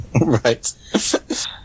Right